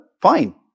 fine